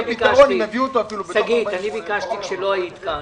שגית אפיק, כשלא היית כאן